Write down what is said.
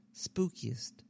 spookiest